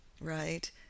right